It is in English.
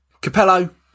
Capello